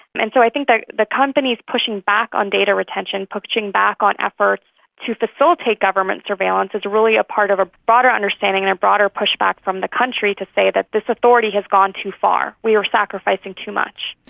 and so i think the the companies pushing back on data retention, pushing back on efforts to facilitate government surveillance is really a part of a broader understanding and a broader push-back from the country to say that this authority has gone too far, we are sacrificing too much.